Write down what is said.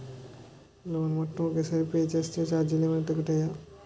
Loan మొత్తం ఒకే సారి పే చేస్తే ఛార్జీలు ఏమైనా తగ్గుతాయా?